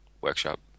workshop